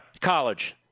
College